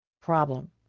problem